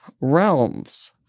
realms